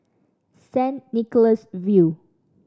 Saint Nicholas View